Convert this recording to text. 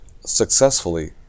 successfully